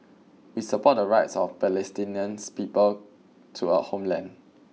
we support the rights of Palestinians people to a homeland